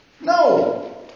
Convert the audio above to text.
No